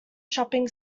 shopping